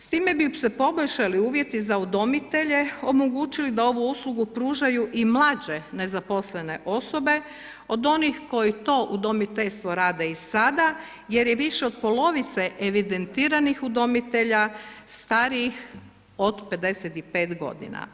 S time bi se poboljšali uvjeti za udomitelji, omogućili da ovu uslugu pružaju i mlađe nezaposlene osobe od onih koji to udomiteljstvo rade i sada jer je više od polovice evidentiranih udomitelja starijih od 55 godina.